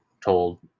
told